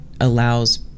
allows